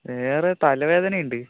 വേറെ തലവേദന ഉണ്ട്